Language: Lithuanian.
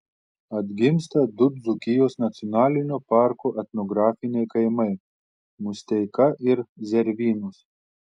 atgimsta du dzūkijos nacionalinio parko etnografiniai kaimai musteika ir zervynos